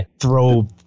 throw